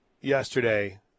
yesterday